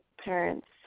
parents